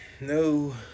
No